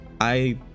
I